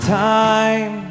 time